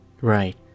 Right